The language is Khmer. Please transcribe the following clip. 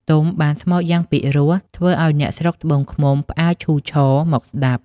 ទុំបានស្មូត្រយ៉ាងពិរោះធ្វើឲ្យអ្នកស្រុកត្បូងឃ្មុំផ្អើលឈូឆរមកស្តាប់។